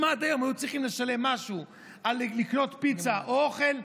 אם עד היום הם היו צריכים לשלם משהו על לקנות פיצה או אוכל,